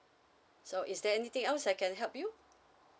so is there anything else I can help you